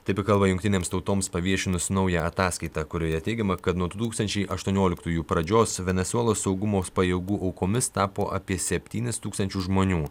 taip ji kalba jungtinėms tautoms paviešinus naują ataskaitą kurioje teigiama kad nuo du tūkstančiai aštuonioliktųjų pradžios venesuelos saugumo pajėgų aukomis tapo apie septynis tūkstančius žmonių